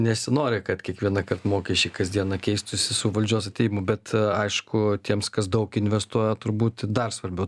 nesinori kad kiekvienąkart mokesčiai kasdieną keistųsi su valdžios atėjimu bet aišku tiems kas daug investuoja turbūt dar svarbiau